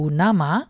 nama